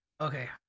Okay